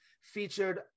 featured